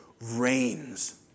reigns